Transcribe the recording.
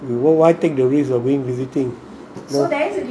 why take the risk of going visiting